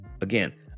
Again